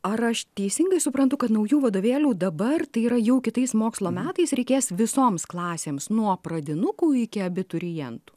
ar aš teisingai suprantu kad naujų vadovėlių dabar tai yra jau kitais mokslo metais reikės visoms klasėms nuo pradinukų iki abiturientų